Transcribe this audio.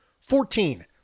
Fourteen